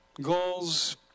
goals